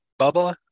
Bubba